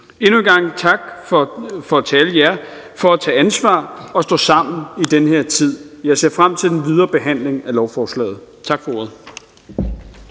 Endnu en gang tak til alle jer for at tage ansvar og stå sammen i den her tid. Jeg ser frem til den videre behandling af lovforslaget. Tak for ordet.